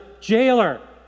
jailer